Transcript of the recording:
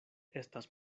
estas